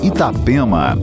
Itapema